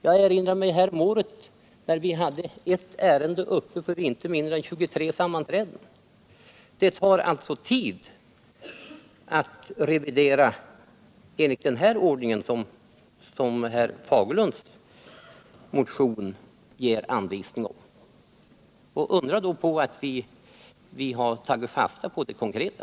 Jag erinrar mig att vi häromåret hade ett ärende uppe vid inte mindre än 23 sammanträden. Det tar alltså tid att revidera enligt den ordning som herr Fagerlunds motion ger anvisning om. Undra då på att vi har tagit fasta på det konkreta.